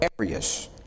areas